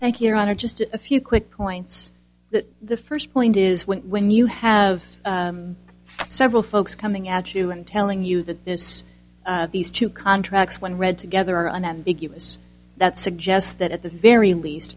thank your honor just a few quick points the first point is when when you have several folks coming at you and telling you that this these two contracts when read together unambiguous that suggests that at the very least